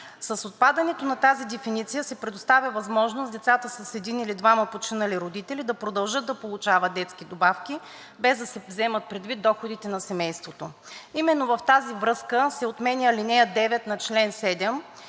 С отпадането на тази дефиниция се предоставя възможност децата с един или двама починали родители да продължат да получават детски добавки, без да се вземат предвид доходите на семейството. Именно в тази връзка се отменя ал. 9 на чл. 7